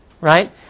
right